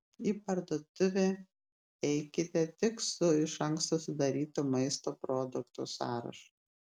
į parduotuvę eikite tik su iš anksto sudarytu maisto produktų sąrašu